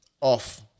off